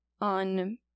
On